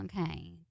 okay